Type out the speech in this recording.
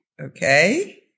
Okay